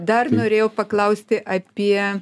dar norėjau paklausti apie